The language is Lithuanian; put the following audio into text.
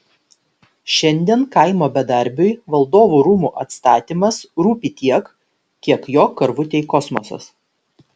šiandien kaimo bedarbiui valdovų rūmų atstatymas rūpi tiek kiek jo karvutei kosmosas